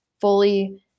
fully